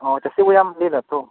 ᱚ ᱪᱟᱹᱥᱤ ᱵᱚᱭᱦᱟᱢ ᱞᱟᱹᱭᱮᱫᱟ ᱛᱚ